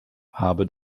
habe